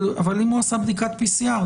אם הוא עשה בדיקת PCR,